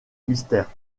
mystère